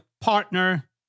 partner